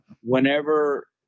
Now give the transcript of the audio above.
whenever